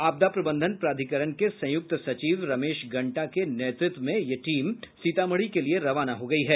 आपदा प्रबंधन प्राधिकरण के संयुक्त सचिव रमेश गंटा के नेतृत्व में ये टीम सीतामढ़ी के लिये रवाना हो गयी है